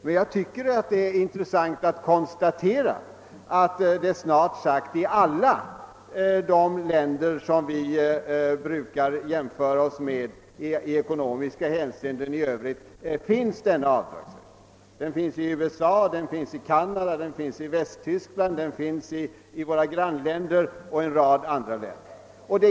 Men det är intressant att konstatera att i snart sagt alla länder, som vi brukar jämföra oss med i ekonomiska hänseenden i Övrigt, finns denna avdragsrätt. Den finns i USA, i Kanada, i Västtyskland, i våra grannländer och i en rad andra länder.